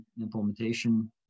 implementation